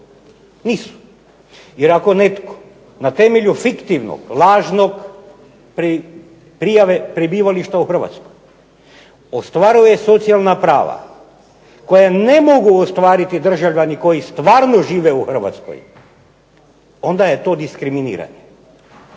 Nisu. Jer ako netko na temelju fiktivnog lažnog prijave prebivališta u Hrvatskoj, ostvaruje socijalna prava koja ne mogu ostvariti državljani koji stvarno žive u Hrvatskoj onda je to diskriminiranje.